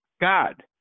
God